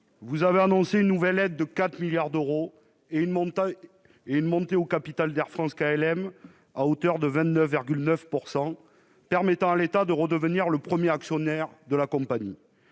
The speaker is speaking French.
vous avez annoncé une nouvelle aide de 4 milliards d'euros et une montée de l'État au capital d'Air France-KLM à hauteur de 29,9 %, qui lui permettra de redevenir le premier actionnaire de la compagnie.